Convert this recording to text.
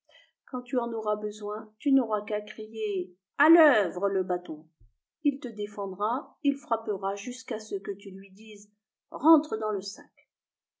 quand tu en auras besoin tu n'auras qu'à crier a l'œuvre le bâton il te défendra il frappera jusqu'à ce que tu lui dises rentre dans le sac